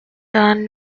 turned